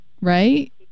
right